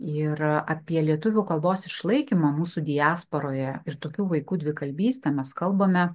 ir apie lietuvių kalbos išlaikymą mūsų diasporoje ir tokių vaikų dvikalbystę mes kalbame